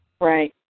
Right